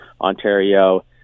Ontario